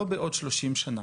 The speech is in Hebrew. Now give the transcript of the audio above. לא בעוד 30 שנה.